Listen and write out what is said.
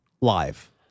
live